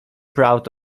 proud